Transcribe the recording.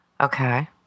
Okay